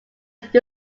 used